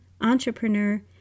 entrepreneur